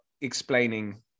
explaining